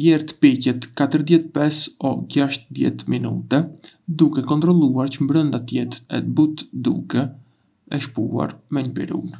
Lëre të piqet për dizet e pes-trezet minuta, duke kontrolluar që brënda të jetë e butë duke e shpuar me një pirun.